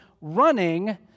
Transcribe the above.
running